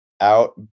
out